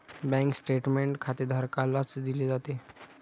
bank statement खातेधारकालाच दिले जाते